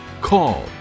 Call